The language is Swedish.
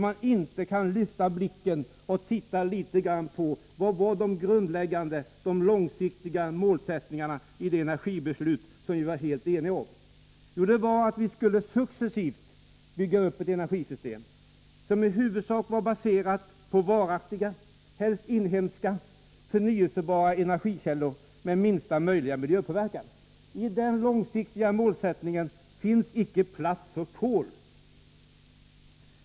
Man måste kunna lyfta blicken och se vad det var för grundläggande långsiktig målsättning i det energibeslut som vi var helt eniga om. Den målsättningen var att vi successivt skulle bygga upp ett energisystem som i huvudsak var baserat på varaktiga, helst inhemska, förnybara energikällor med minsta möljiga miljöpåverkan. I denna långsiktiga målsättning finns det icke plats för kol.